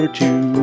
two